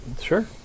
sure